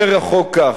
אומר החוק כך: